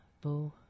boo